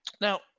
now